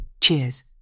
Cheers